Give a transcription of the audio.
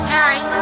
Harry